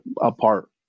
apart